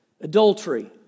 adultery